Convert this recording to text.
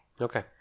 Okay